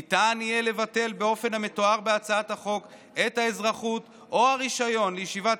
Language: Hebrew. ניתן יהיה לבטל באופן המתואר בהצעת החוק את האזרחות או הרישיון לישיבת